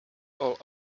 all